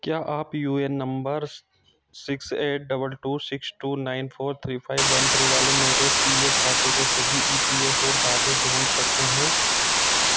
क्या आप U A N number six eight double two six two nine four three five one three वाले मेरे P F खाते के सभी ई पी एफ ओ दावे ढूँढ सकते हैं